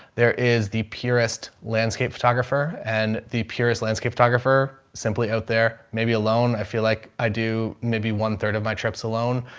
there is the purest landscape photographer and the purest landscape photographer. simply out there, maybe alone, i feel like i do maybe one third of my trips alone.